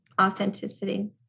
Authenticity